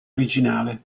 originale